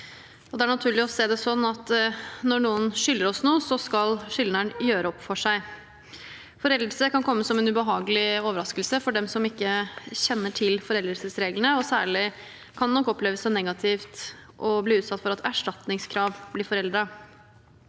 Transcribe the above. Det er naturlig å se det sånn at når noen skylder oss noe, så skal skyldneren gjøre opp for seg. Foreldelse kan komme som en ubehagelig overraskelse for dem som ikke kjenner til foreldelsesreglene, og særlig kan det nok oppleves som negativt å bli utsatt for at erstatningskrav blir foreldet.